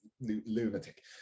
lunatic